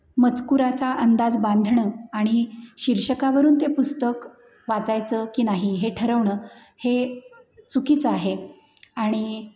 मजकुराचा अंदाज बांधणं आणि शीर्षकावरून ते पुस्तक वाचायचं की नाही हे ठरवणं हे चुकीचं आहे आणि